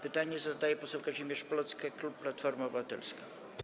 Pytanie zadaje poseł Kazimierz Plocke, klub Platforma Obywatelska.